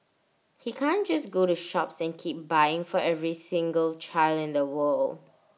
he can't just go to shops and keep buying for every single child in the world